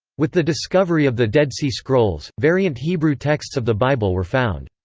with the discovery of the dead sea scrolls, variant hebrew texts of the bible were found.